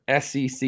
SEC